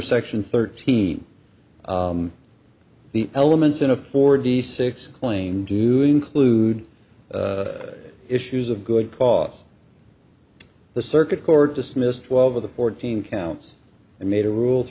section thirteen the elements in a forty six claim do include issues of good cause the circuit court dismissed twelve of the fourteen counts and made a rule